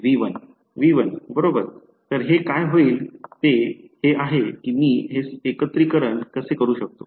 V1बरोबर तर हे काय होईल ते हे आहे की मी हे एकत्रीकरण कसे करू शकतो